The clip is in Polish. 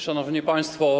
Szanowni Państwo!